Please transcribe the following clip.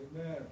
Amen